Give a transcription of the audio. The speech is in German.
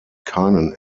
keinen